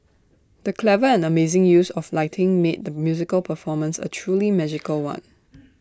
the clever and amazing use of lighting made the musical performance A truly magical one